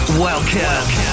welcome